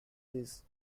this